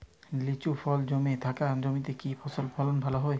নিচু জল জমে থাকা জমিতে কি ফসল ফলন ভালো হবে?